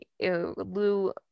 Lou